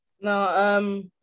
No